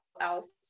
else